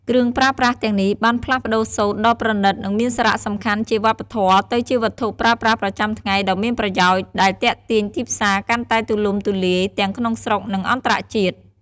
គ្រឿងប្រើប្រាស់ទាំងនេះបានផ្លាស់ប្តូរសូត្រដ៏ប្រណិត និងមានសារៈសំខាន់ជាវប្បធម៌ទៅជាវត្ថុប្រើប្រាស់ប្រចាំថ្ងៃដ៏មានប្រយោជន៍ដែលទាក់ទាញទីផ្សារកាន់តែទូលំទូលាយ ទាំងក្នុងស្រុក និងអន្តរជាតិ។